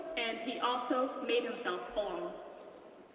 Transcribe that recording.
and he also made himself belong.